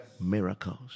miracles